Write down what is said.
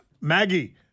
Maggie